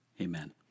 Amen